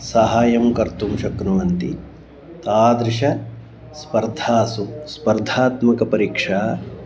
सहायं कर्तुं शक्नुवन्ति तादृश स्पर्धासु स्पर्धात्मकपरीक्षा